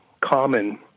common